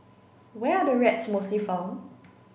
where are the rats mostly found